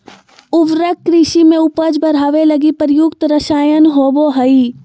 उर्वरक कृषि में उपज बढ़ावे लगी प्रयुक्त रसायन होबो हइ